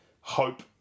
hope